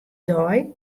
dei